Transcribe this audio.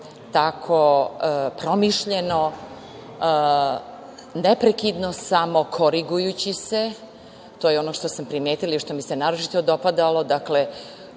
tako promišljeno, neprekidno samo korigujući se. To je ono što sam primetila i što mi se naročito dopadalo, dakle,